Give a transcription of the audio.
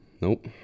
nope